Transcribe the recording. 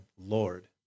Lord